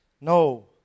No